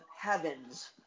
heavens